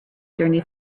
journey